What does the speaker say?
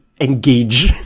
engage